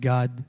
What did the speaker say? God